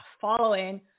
following